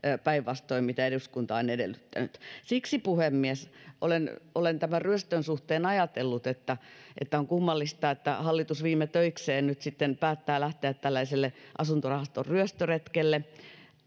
päinvastoin kuin eduskunta on edellyttänyt siksi puhemies olen olen tämän ryöstön suhteen ajatellut että että on kummallista että hallitus viime töikseen nyt sitten päättää lähteä tällaiselle asuntorahaston ryöstöretkelle